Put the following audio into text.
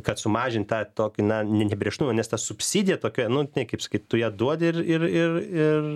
kad sumažint tą tokį na ne nebrėžtumą nes ta subsidija tokia nu ne kaip sakyt tu ją duodi ir ir ir ir